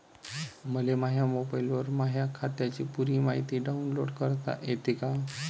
मले माह्या मोबाईलवर माह्या खात्याची पुरी मायती डाऊनलोड करता येते का?